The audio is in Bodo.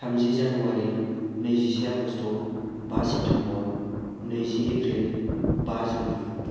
थामजि जानुवारि नैजि आग'ष्ट बा सेप्तेम्बर नैजि एप्रिल बा जुन